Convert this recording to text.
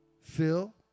Phil